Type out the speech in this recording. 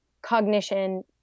Cognition